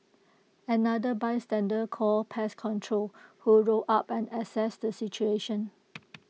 another bystander called pest control who rolled up and assessed the situation